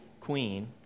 queen